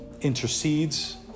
intercedes